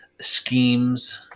schemes